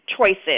choices